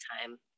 time